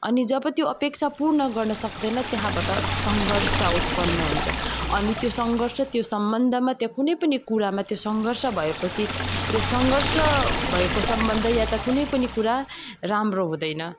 अनि जब त्यो अपेक्षा पूर्ण गर्न सक्दैन त्यहाँबाट सङ्घर्ष उत्पन्न हुन्छ अनि त्यो सङ्घर्ष त्यो सम्बन्धमा त्यो कुनै पनि कुरामा त्यो सङ्घर्ष भए पछि त्यो सङ्घर्ष भएको सम्बन्ध वा त कुनै पनि कुरा राम्रो हुँदैन